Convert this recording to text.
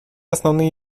основные